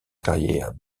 carrière